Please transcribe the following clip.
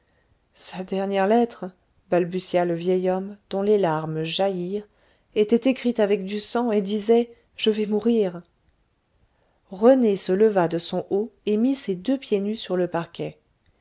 sa dernière lettre balbutia le vieil homme dont les larmes jaillirent était écrite avec du sang et disait je vais mourir rené se leva de son haut et mit ses deux pieds nus sur le parquet